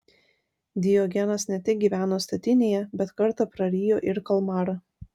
diogenas ne tik gyveno statinėje bet kartą prarijo ir kalmarą